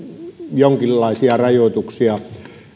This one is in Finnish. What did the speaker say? jonkinlaisia rajoituksia